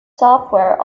software